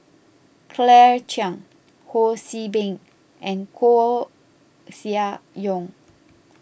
Claire Chiang Ho See Beng and Koeh Sia Yong